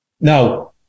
Now